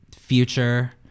future